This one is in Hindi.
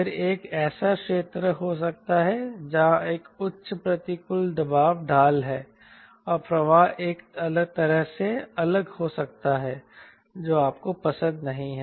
फिर एक ऐसा क्षेत्र हो सकता है जहां एक उच्च प्रतिकूल दबाव ढाल है और प्रवाह एक तरह से अलग हो सकता है जो आपको पसंद नहीं है